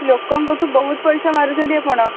ଲୋକଙ୍କଠୁ ବହୁତ ପଇସା ମାରୁଛନ୍ତି ଆପଣ